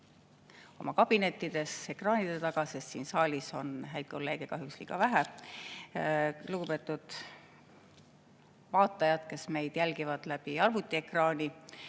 oma kabinettides ekraanide taga! Siin saalis on häid kolleege kahjuks liiga vähe. Lugupeetud vaatajad, kes meid jälgivad arvutiekraani